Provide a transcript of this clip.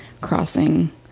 crossing